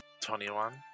Twenty-one